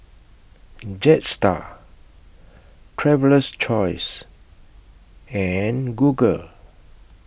Jetstar Traveler's Choice and Google